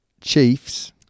Chiefs